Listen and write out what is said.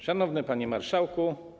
Szanowny Panie Marszałku!